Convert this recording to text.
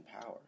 power